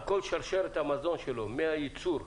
על כל שרשרת המזון שלו, מהייצור,